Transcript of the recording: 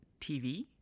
TV